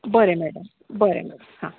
बरें मॅडम बरें मॅडम हा